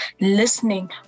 listening